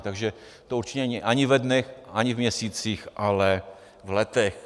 Takže to určitě není ani ve dnech, ani v měsících, ale v letech.